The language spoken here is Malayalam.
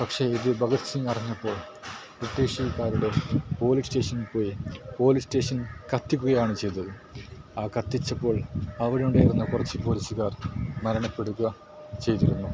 പക്ഷേ ഇത് ഭഗത് സിങ് അറിഞ്ഞപ്പോൾ ബ്രിട്ടീഷ്കാരുടെ പോലീസ് സ്റ്റേഷൻ പോയി പോലീസ് സ്റ്റേഷൻ കത്തിക്കുകയാണ് ചെയ്തത് ആ കത്തിച്ചപ്പോൾ അവിടെ ഉണ്ടായിരുന്ന കുറച്ച് പോലീസ്കാർ മരണപ്പെടുക ചെയ്തിരുന്നു